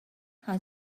how